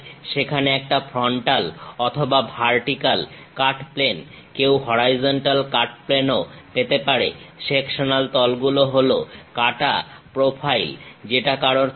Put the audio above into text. সেখানে একটা ফ্রন্টাল অথবা ভার্টিক্যাল কাট প্লেন কেউ হরাইজন্টাল কাট প্লেন ও পেতে পারে সেকশনাল তলগুলো হল কাটা প্রোফাইল যেটা কারোর থাকতে পারে